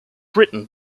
written